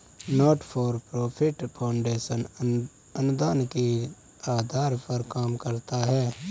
not for profit foundation अनुदान के आधार पर काम करता है